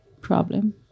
problem